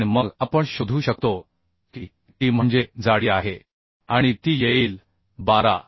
आणि मग आपण शोधू शकतो की T म्हणजे जाडी आहे आणि ती येईल 12